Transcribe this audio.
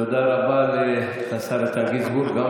תודה רבה לשר איתן גינזבורג,